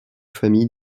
famille